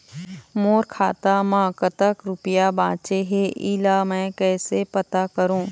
मोर खाता म कतक रुपया बांचे हे, इला मैं हर कैसे पता करों?